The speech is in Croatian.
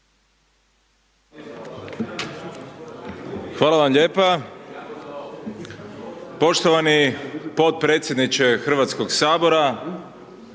Hvala lijepo gospodine potpredsjedniče Hrvatskog sabora,